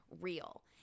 real